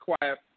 quiet